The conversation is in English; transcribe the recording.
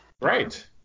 Right